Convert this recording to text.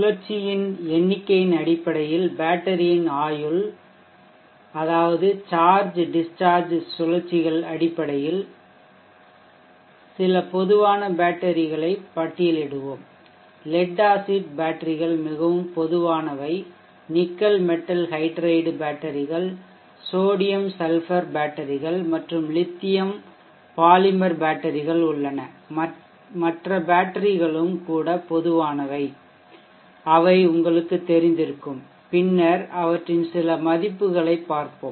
சுழற்சியின் எண்ணிக்கையின் அடிப்படையில் பேட்டரியின் ஆயுள் அதாவது சார்ஜ் டிஸ்சார்ஜ் சுழற்சிகள் அடிப்படையில் சில பொதுவான பேட்டரிகளை பட்டியலிடுவோம் லெட் ஆசிட் பேட்டரிகள் மிகவும் பொதுவானவை நிக்கல் மெட்டல் ஹைட்ரைடு பேட்டரிகள்சோடியம் சல்பர் பேட்டரிகள் மற்றும் லித்தியம் பாலிமர் பேட்டரிகள் உள்ளனமற்ற பேட்டரிகளும் கூட பொதுவானவை அவை உங்களுக்குத் தெரிந்திருக்கும் பின்னர் அவற்றின் சில மதிப்புகளை பார்ப்போம்